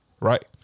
Right